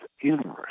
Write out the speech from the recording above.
universe